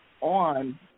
on